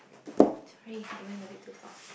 sorry it went a bit too far